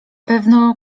pewno